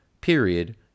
Period